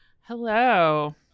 hello